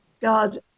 God